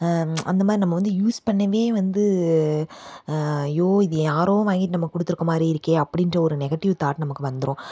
அந்தமாதிரி நம்ம வந்து யூஸ் பண்ணவே வந்து அய்யோ இது யாரோ வாங்கிட்டு நமக்கு கொடுத்துருக்கமாரி இருக்கே அப்படீன்ற ஒரு நெகட்டிவ் தாட் நமக்கு வந்துடும்